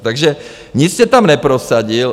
Takže nic jste tam neprosadil.